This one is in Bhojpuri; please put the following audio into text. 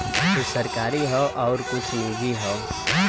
कुछ सरकारी हौ आउर कुछ निजी हौ